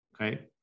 Okay